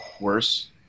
worse